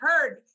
heard